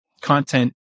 content